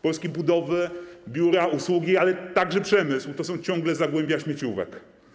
Polskie budowy, biura, usługi, ale także przemysł to są ciągle zagłębia śmieciówek.